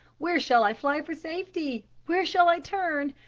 where shall i fly for safety? where shall i turn?